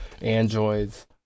Androids